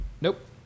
Nope